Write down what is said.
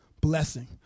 blessing